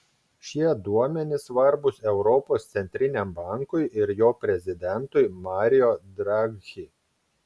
šie duomenys svarbūs europos centriniam bankui ir jo prezidentui mario draghi